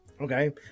okay